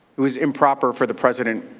it was improper for the president